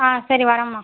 ஆ சரி வரம்மா